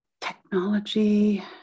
technology